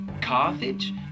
Carthage